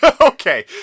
Okay